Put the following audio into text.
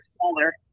smaller